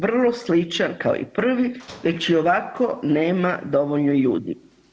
Vrlo sličan kao i prvi, već i ovako nema dovoljno ljudi.